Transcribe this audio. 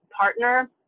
partner